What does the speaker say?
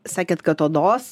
sakėt kad odos